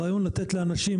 הרעיון הוא לתת לאנשים